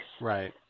Right